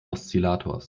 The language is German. oszillators